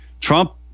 Trump